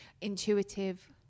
intuitive